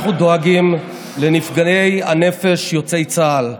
אנחנו דואגים לנפגעי הנפש יוצאי צה"ל: